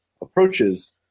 approaches